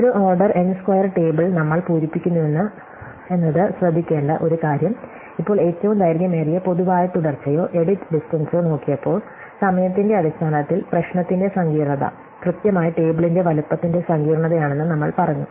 ഒരു order n square table നമ്മൾ പൂരിപ്പിക്കുന്നുവെന്നത് ശ്രദ്ധിക്കേണ്ട ഒരു കാര്യം ഇപ്പോൾ ഏറ്റവും ദൈർഘ്യമേറിയ പൊതുവായ തുടർച്ചയോ എഡിറ്റ് ഡിസ്റ്റ്ടെൻസൊ നോക്കിയപ്പോൾ സമയത്തിന്റെ അടിസ്ഥാനത്തിൽ പ്രശ്നത്തിന്റെ സങ്കീർണ്ണത കൃത്യമായി ടേബിളിന്റെ വലുപ്പത്തിന്റെ സങ്കീർണ്ണതയാണെന്ന് നമ്മൾപറഞ്ഞു